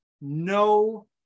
no